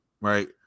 right